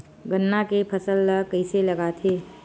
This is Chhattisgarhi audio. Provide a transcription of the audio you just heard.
गन्ना के फसल ल कइसे लगाथे?